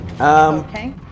okay